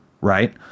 Right